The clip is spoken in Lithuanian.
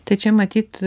tai čia matyt